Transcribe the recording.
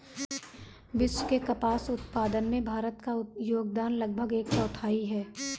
विश्व के कपास उत्पादन में भारत का योगदान लगभग एक चौथाई है